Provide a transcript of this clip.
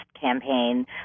campaign